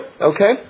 Okay